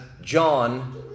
John